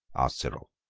asked cyril.